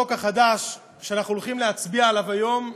החוק החדש שאנחנו הולכים להצביע עליו היום.